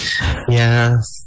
Yes